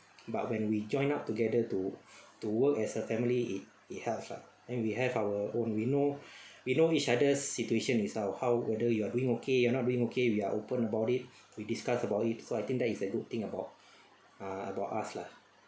but when we join up together to to work as a family it it helps lah then we have our own we know we know each other situation is like how whether you're doing okay you're not doing okay we are open about it we discuss about it so I think that is a good thing about ah about us lah